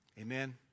Amen